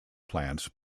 plants